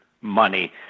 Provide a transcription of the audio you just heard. money